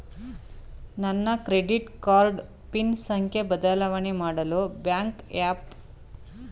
ನನ್ನ credit card PIN ಸಂಖ್ಯೆ ಬದಲಾವಣೆ ಮಾಡಲು ಬ್ಯಾಂಕ್ ಆ್ಯಪ್ ನಲ್ಲಿ ಸಾಧ್ಯವೇ?